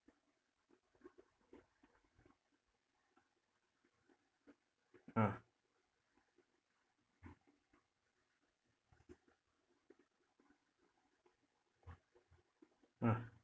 uh uh